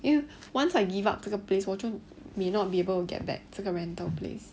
因为 once I give up 这个 place 我就 may not be able to get back 这个 rental place